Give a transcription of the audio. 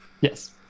Yes